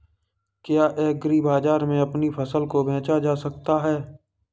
क्या एग्रीबाजार में अपनी फसल को बेचा जा सकता है?